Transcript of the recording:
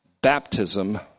baptism